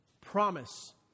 promise